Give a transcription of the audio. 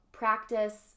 Practice